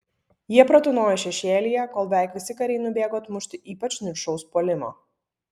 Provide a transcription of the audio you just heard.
jie pratūnojo šešėlyje kol beveik visi kariai nubėgo atmušti ypač niršaus puolimo